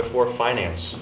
before finance